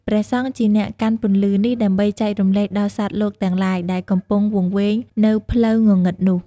ព្រះសង្ឃជាអ្នកកាន់ពន្លឺនេះដើម្បីចែករំលែកដល់សត្វលោកទាំងឡាយ ដែលកំពង់វង្វេងនៅផ្លូវងងឹតនោះ។